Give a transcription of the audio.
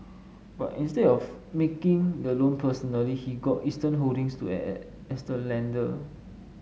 but instead of making the loan personally he got Eastern Holdings to act as the lender